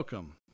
Welcome